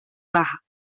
baja